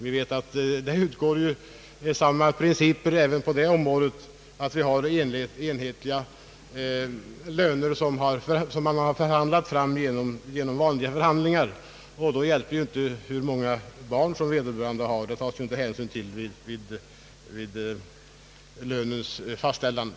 Vi har ju på det området enhetliga principer beträffande lönen, som vi har förhandlat oss fram till, och då hjälper det inte hur många barn vederbörande har att dra försorg om.